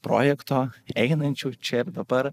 projekto einančių čia ir dabar